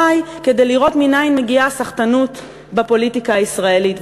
כדי לראות מנין מגיעה הסחטנות בפוליטיקה הישראלית,